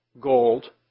gold